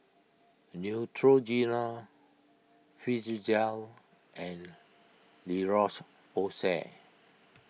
Neutrogena Physiogel and La Roche Porsay